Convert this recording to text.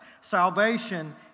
Salvation